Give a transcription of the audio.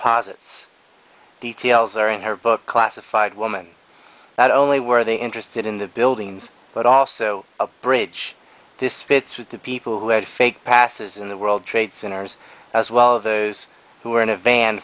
composites details are in her book classified woman not only were they interested in the buildings but also a bridge this fits with the people who had fake passes in the world trade centers as well of those who were in a van